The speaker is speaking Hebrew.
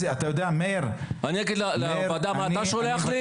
אני אגיד לוועדה מה אתה שולח לי?